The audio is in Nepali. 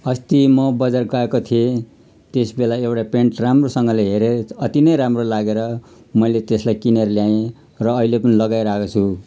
अस्ति म बजार गएको थिएँ त्यस बेला एउटा पेन्ट राम्रोसँगले हेरेँ अति नै राम्रो लागेर मैले त्यसलाई किनेर ल्याएँ र अहिले पनि लगाइरहेको छु